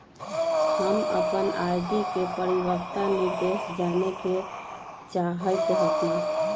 हम अपन आर.डी के परिपक्वता निर्देश जाने के चाहईत हती